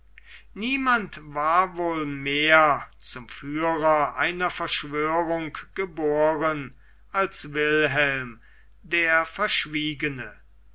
niemand war wohl mehr zum führer einer verschwörung geboren als wilhelm der verschwiegene